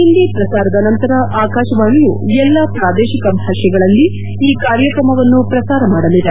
ಹಿಂದಿ ಪ್ರಸಾರದ ನಂತರ ಆಕಾಶವಾಣಿಯು ಎಲ್ಲಾ ಪ್ರಾದೇಶಿಕ ಭಾಷೆಗಳಲ್ಲಿ ಈ ಕಾರ್ಯಕ್ರಮವನ್ನು ಪ್ರಸಾರ ಮಾಡಲಿದೆ